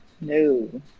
No